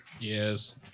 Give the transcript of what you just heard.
Yes